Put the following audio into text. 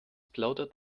plaudert